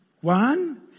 One